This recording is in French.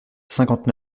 cinquante